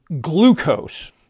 glucose